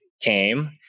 came